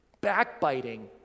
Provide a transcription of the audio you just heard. backbiting